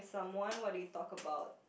someone what did you talk about